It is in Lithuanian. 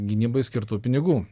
gynybai skirtų pinigų